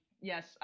Yes